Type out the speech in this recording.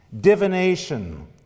divination